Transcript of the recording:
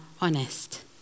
honest